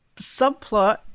subplot